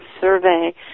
survey